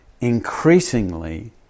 increasingly